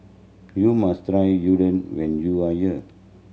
you must try Unadon when you are here